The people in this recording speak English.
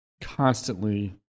constantly